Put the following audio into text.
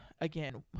again